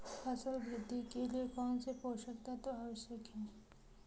फसल वृद्धि के लिए कौनसे पोषक तत्व आवश्यक हैं?